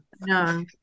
No